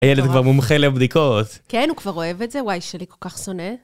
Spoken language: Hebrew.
הילד כבר מומחה לבדיקות. כן, הוא כבר אוהב את זה. וואי, שלי כל כך שונא.